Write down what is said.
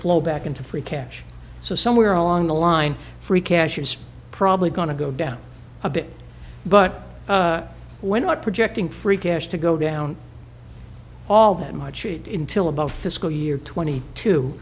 flow back into free cash so somewhere along the line free cash is probably going to go down a bit but when you are projecting free cash to go down all that much in till about fiscal year twenty two